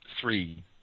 three